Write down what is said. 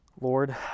Lord